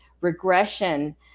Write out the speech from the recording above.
regression